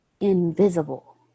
invisible